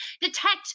detect